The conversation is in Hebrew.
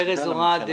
ארז אורעד,